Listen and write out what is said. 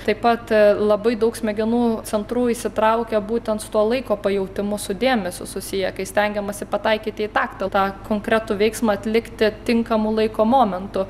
taip pat labai daug smegenų centrų įsitraukia būtent su tuo laiko pajautimu su dėmesiu susiję kai stengiamasi pataikyti į taktą tą konkretų veiksmą atlikti tinkamu laiko momentu